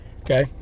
okay